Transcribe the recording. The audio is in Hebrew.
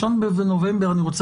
בסדר, אני רוצה